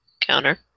counter